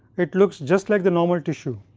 it looks just like the normal tissue,